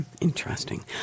Interesting